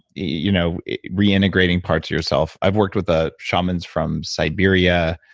you know reintegrating parts of yourself. i've worked with ah shamans from siberia,